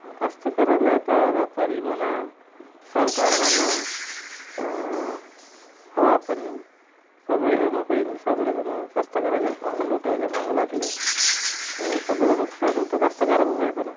आणि कष्टकर्याला तर व्यापारी म्हणा सरकार म्हणा का हवा पाणी सगळेजणं काही नाही सगळेजण कष्टकर्यामागं लुटायचाच मागं लागले आहेत तर सगळं नुकसान तर कष्टकर्याचंच आहे खरं